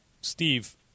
Steve